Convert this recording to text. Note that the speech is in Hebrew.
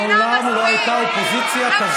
מעולם לא הייתה אופוזיציה כזאת,